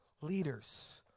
leaders